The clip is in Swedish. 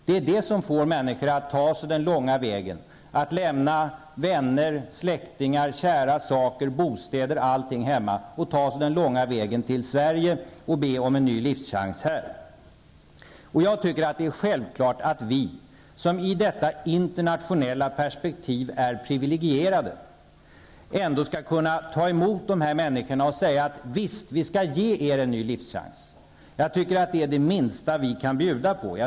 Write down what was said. Det är det som får människor att lämna vänner, släktingar, kära saker, bostäder och allting och ta sig den långa vägen till Sverige och be om en ny livschans här. Det är självklart att vi, som i detta internationella perspektiv är privilegierade, ändå skall kunna ta emot dessa människor och säga: Visst, vi skall ge er en ny livschans. Jag tycker att det är det minsta vi kan bjuda på.